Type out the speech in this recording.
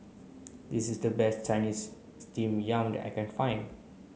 this is the best Chinese steamed yam I can find